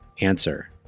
Answer